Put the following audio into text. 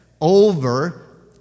over